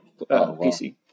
PC